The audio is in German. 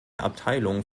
abteilung